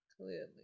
Clearly